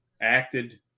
Acted